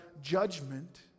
judgment